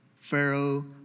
Pharaoh